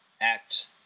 Act